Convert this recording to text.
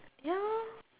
ya lor